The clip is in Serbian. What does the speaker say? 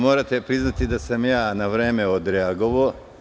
Morate priznati da sam na vreme odreagovao.